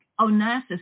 Onassis